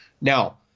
Now